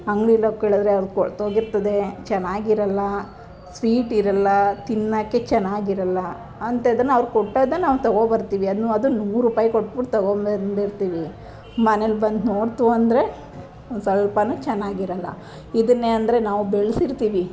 ಅಂಗ್ಡಿಯಲ್ಲಿ ಹೋಗಿ ಕೇಳಿದರೆ ಅದು ಕೊಳ್ತೋಗಿರ್ತದೆ ಚೆನ್ನಾಗಿರೋಲ್ಲ ಸ್ವೀಟ್ ಇರೋಲ್ಲ ತಿನ್ನೋಕ್ಕೆ ಚೆನ್ನಾಗಿರೋಲ್ಲ ಅಂಥದ್ದನ್ನ ಅವ್ರು ಕೊಟ್ಟದನ್ನು ನಾವು ತೊಗೋ ಬರ್ತೀವಿ ಅದನ್ನು ಅದು ನೂರು ರೂಪಾಯಿ ಕೊಟ್ಬಿಟ್ಟು ತೊಗೊಂಡು ಬಂದಿರ್ತೀವಿ ಮನೆಯಲ್ಲಿ ಬಂದು ನೋಡಿತು ಅಂದರೆ ಒಂದು ಸ್ವಲ್ಪವೂ ಚೆನ್ನಾಗಿರೋಲ್ಲ ಇದನ್ನೇ ಅಂದರೆ ನಾವು ಬೆಳೆಸಿರ್ತೀವಿ